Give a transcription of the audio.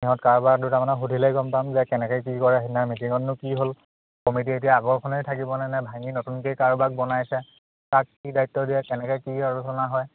সিহঁত কাৰোবাৰ দুটামানক সুধিলেই গম পাম যে কেনেকৈ কি কৰে সেইদিনা মিটিঙতনো কি হ'ল কমিটি এতিয়া আগৰখনেই থাকিবনে নে ভাঙি নতুনকৈ কাৰোবাক বনাইছে কাক কি দায়িত্ব দিয়ে কেনেকৈ কি আলোচনা হয়